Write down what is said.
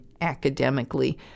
academically